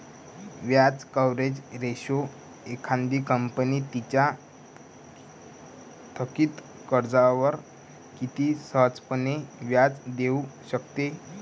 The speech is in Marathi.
व्याज कव्हरेज रेशो एखादी कंपनी तिच्या थकित कर्जावर किती सहजपणे व्याज देऊ शकते